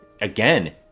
Again